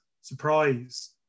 surprise